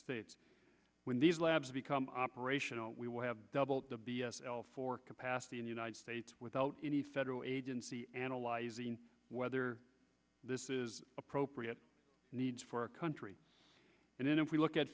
states when these labs become operational we will have doubled the capacity in united states without any federal agency analyzing whether this is appropriate needs for our country and then if we look at